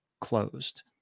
closed